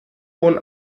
hohen